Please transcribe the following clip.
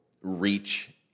reach